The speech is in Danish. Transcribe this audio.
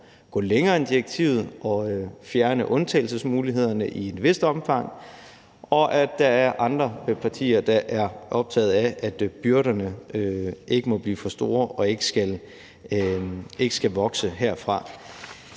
gå længere end direktivet og fjerne undtagelsesmulighederne i et vist omfang, og at der er andre partier, der er optaget af, at byrderne ikke må blive for store og ikke skal vokse herfra.